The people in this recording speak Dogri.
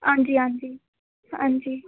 हांजी हांजी हांजी